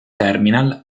terminal